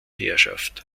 herrschaft